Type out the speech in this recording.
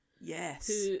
Yes